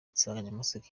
insanganyamatsiko